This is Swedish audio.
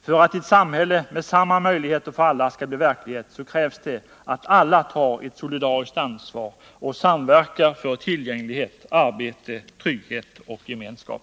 För att ett samhälle med samma möjligheter för alla skall bli verklighet krävs det att alla tar ett solidariskt ansvar och samverkar för tillgänglighet, arbete, trygghet och gemenskap.